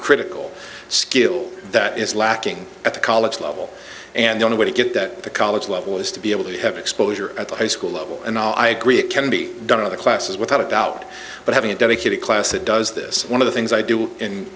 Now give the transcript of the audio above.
critical skill that is lacking at the college level and the only way to get that the college level is to be able to have exposure at the high school level and i agree it can be done in other classes without a doubt but having a dedicated class that does this one of the things i do in